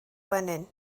gwenyn